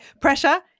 Pressure